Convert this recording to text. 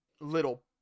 little